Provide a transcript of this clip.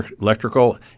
electrical